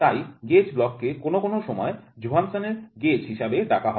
তাই gauge block কে কোন কোন সময় জোহানসনের গেজ Johanasson's gauge হিসাবে ডাকা হয়